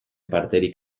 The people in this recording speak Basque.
parterik